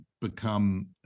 become